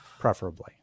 Preferably